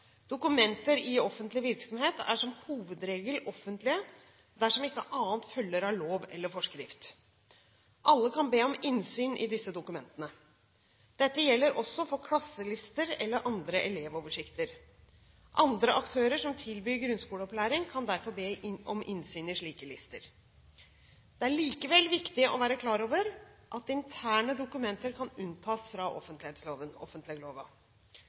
offentlig virksomhet er som hovedregel offentlige dersom ikke annet følger av lov eller forskrift. Alle kan be om innsyn i disse dokumentene. Dette gjelder også for klasselister eller andre elevoversikter. Andre aktører som tilbyr grunnskoleopplæring, kan derfor be om innsyn i slike lister. Det er likevel viktig å være klar over at interne dokumenter kan unntas fra offentleglova.